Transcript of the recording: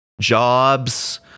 jobs